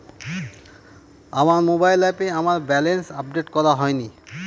আমার মোবাইল অ্যাপে আমার ব্যালেন্স আপডেট করা হয়নি